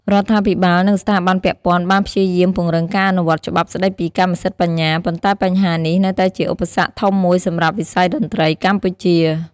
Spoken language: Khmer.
រដ្ឋាភិបាល និងស្ថាប័នពាក់ព័ន្ធបានព្យាយាមពង្រឹងការអនុវត្តច្បាប់ស្ដីពីកម្មសិទ្ធិបញ្ញា ប៉ុន្តែបញ្ហានេះនៅតែជាឧបសគ្គធំមួយសម្រាប់វិស័យតន្ត្រីកម្ពុជា។